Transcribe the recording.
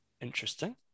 interesting